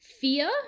Fear